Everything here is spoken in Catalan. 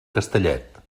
castellet